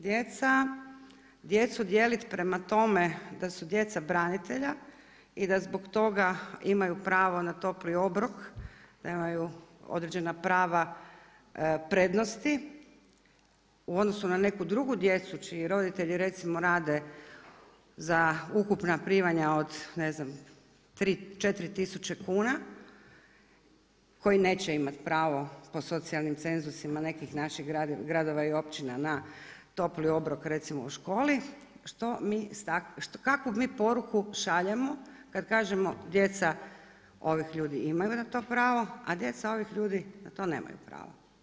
Djecu dijeliti prema tome da su djeca branitelja i da zbog toga imaju pravo na topli obrok, nemaju određena prava prednosti, u odnosu na neku drugu djecu čiji roditelji recimo rade za ukupna primanja od ne znam, 3, 4 tisuće kuna, koji neće imati pravo po socijalni cenzusima nekih gradova i općina na topli obrok recimo u školi, kakvu mi poruku šaljemo kad kažemo djeca ovih ljudi imaju na to pravo, a djeca ovih ljudi na to nemaju pravo.